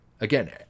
Again